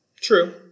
True